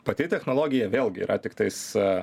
pati technologija vėlgi yra tiktais a